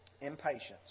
impatience